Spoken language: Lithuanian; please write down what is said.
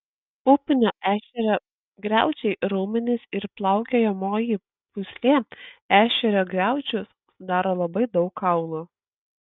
upinio ešerio griaučiai raumenys ir plaukiojamoji pūslė ešerio griaučius sudaro labai daug kaulų